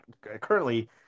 currently